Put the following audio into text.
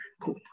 cool